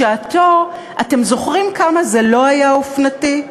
בשעתו אתם זוכרים כמה זה לא היה אופנתי?